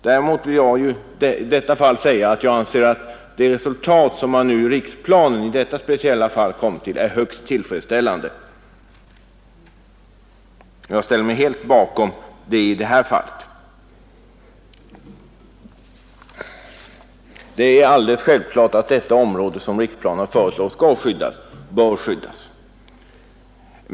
I detta speciella fall anser jag att det resultat man kommit fram till när det gäller riksplanen är högst tillfredsställande, och jag ställer mig helt bakom det. Det är alldeles självklart att man, som det föreslås i riksplanen, skall skydda detta område.